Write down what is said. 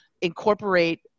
incorporate